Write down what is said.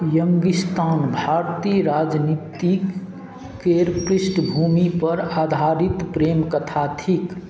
यंगिस्तान भारतीय राजनीति केर पृष्ठभूमिपर आधारित प्रेम कथा थिक